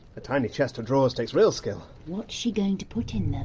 a tiny chest of drawers takes real skill. what's she going to put in them?